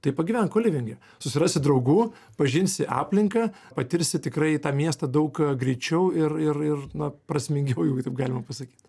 tai pagyvenk kolivinge susirasi draugų pažinsi aplinką patirsi tikrai tą miestą daug greičiau ir ir ir na prasmingiau jei taip galima pasakyt